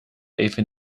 even